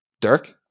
Dirk